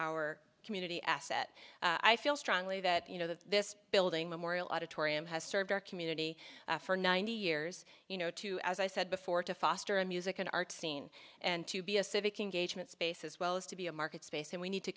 our community asset i feel strongly that you know that this building memorial auditorium has served our community for ninety years you know to as i said before to foster a music and arts scene and to be a civic engagement space as well as to be a market space and we need to